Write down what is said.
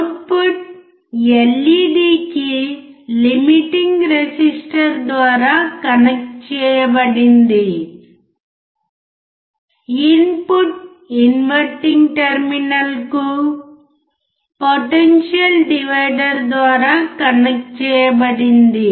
output ఎల్ఈడికి limiting resistor ద్వారా connect చేయబడింది ఇన్పుట్ ఇన్వర్టింగ్ టెర్మినల్కు పొటెన్షియల్ డివైడర్ ద్వారా కనెక్ట్ చేయబడింది